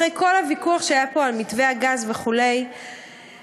אחרי כל הוויכוח שהיה פה על מתווה הגז וכו' תשמעו,